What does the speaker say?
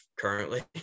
currently